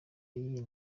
y’izi